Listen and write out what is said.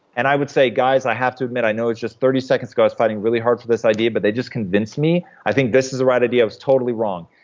and i would say, guys, i have to admit, i know just thirty seconds ago i was fighting really hard for this idea, but they just convinced me. i think this is the right idea. i was totally wrong.